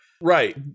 Right